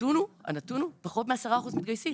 הנתון הוא פחות מ-10% מתגייסים.